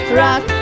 rock